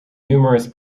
numerous